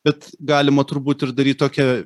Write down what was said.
bet galima turbūt ir daryt tokią